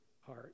heart